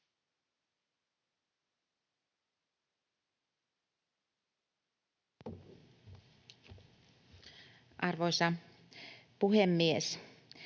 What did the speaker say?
Arvoisa puhemies!